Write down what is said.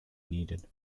needed